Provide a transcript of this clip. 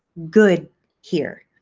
good here.